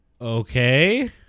Okay